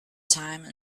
time